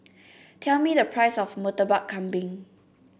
tell me the price of Murtabak Kambing